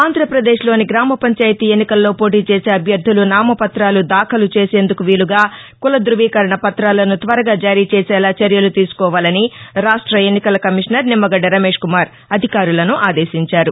ఆంధ్రప్రదేశ్లోని గ్రామ పంచాయతీ ఎన్నికల్లో పోటీ చేసే అభ్యర్ధులు నామ పతాలు దాఖలు చేసేందుకు వీలుగా కులదృవీకరణ పతాలను త్వరగా జారీ చేసేలా చర్యలు తీసుకోవాలని రాష్ర ఎన్నికల కమిషనర్ నిమ్మగడ్డ రమేష్ కుమార్ అధికారులకు ఆదేశించారు